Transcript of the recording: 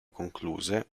concluse